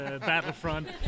Battlefront